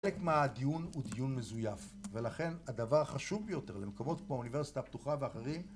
דיון ודיון מזויף ולכן הדבר החשוב ביותר למקומות כמו האוניברסיטה הפתוחה ואחרים